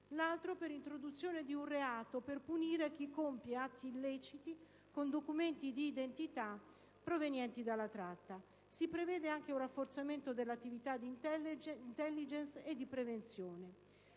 l'altro per l'introduzione di un reato per punire chi compie atti illeciti con documenti di identità provenienti dalla tratta. Si prevede anche un rafforzamento dell'attività di *intelligence* e di prevenzione.